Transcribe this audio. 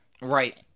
Right